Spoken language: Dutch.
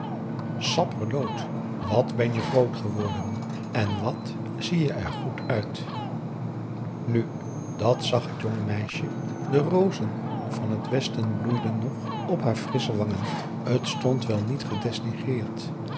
sapperloot wat ben je groot geworden en wat zie je er goed uit nu dat zag het jonge meisje de rozen van het westen bloeiden nog op haar frissche wangen t stond wel niet